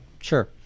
Sure